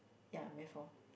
ya Math orh